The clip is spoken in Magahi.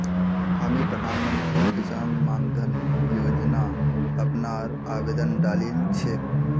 हामी प्रधानमंत्री किसान मान धन योजना अपनार आवेदन डालील छेक